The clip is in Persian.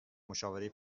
مشاوره